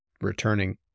returning